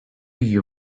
you